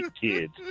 kids